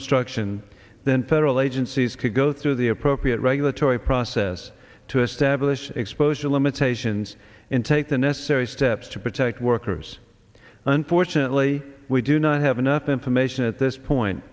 obstruction then federal agencies could go through the appropriate regulatory process to establish exposure limitations and take the necessary steps to protect workers unfortunately we do not have enough information at this point